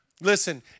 Listen